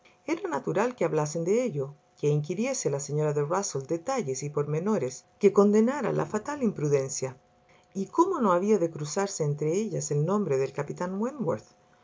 era natural que hablasen de ello que inquiriese la señora de rusell detalles y pormenores que condenara la fatal imprudencia y cómo no había de cruzarse entre ellas el nombre del capitán